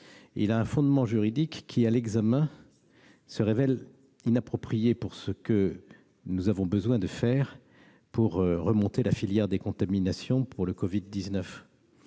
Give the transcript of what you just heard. a un fondement juridique qui se révèle à l'examen inapproprié pour ce que nous avons besoin de faire : remonter la filière des contaminations pour le Covid-19.